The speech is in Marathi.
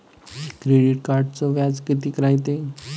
क्रेडिट कार्डचं व्याज कितीक रायते?